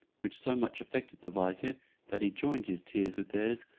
which so much affected the vizier that he joined his tears with theirs,